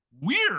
weird